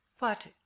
But